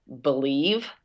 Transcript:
believe